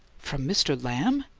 from mr. lamb?